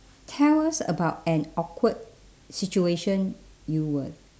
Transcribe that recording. tell us about an awkward situation you were